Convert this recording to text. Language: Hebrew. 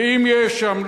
ואם יש שם,